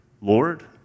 Lord